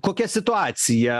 kokia situacija